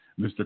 Mr